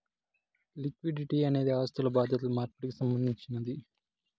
liquidity అనేది ఆస్థులు బాధ్యతలు మార్పిడికి సంబంధించినది